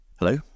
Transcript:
Hello